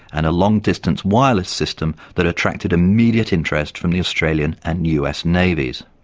and a long distance wireless system that attracted immediate interest from the australian and us navies.